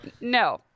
No